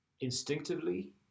instinctively